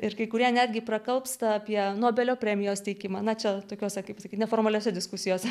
ir kai kurie netgi prakalbsta apie nobelio premijos teikimą na čia tokiose kaip sakyti neformaliose diskusijose